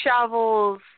shovels